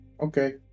Okay